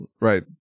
right